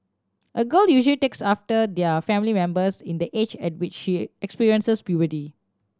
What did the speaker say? a girl usually takes after her family members in the age at which she experiences puberty